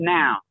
now